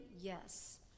Yes